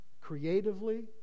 creatively